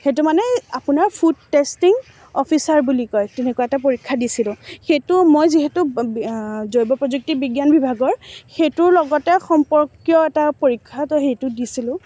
সেইটো মানে আপোনাৰ ফুড টেষ্টিং অফিচাৰ বুলি কয় তেনেকুৱা এটা পৰীক্ষা দিছিলোঁ সেইটো মই যিহেতু জৈৱ প্ৰযুক্তি বিজ্ঞান বিভাগৰ সেইটোৰ লগতে সম্পৰ্কীয় এটা পৰীক্ষা তৌ সেইটো দিছিলোঁ